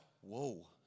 whoa